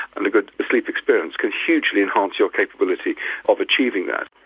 and a good sleep experience can hugely enhance your capability of achieving that.